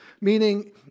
Meaning